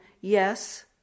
Yes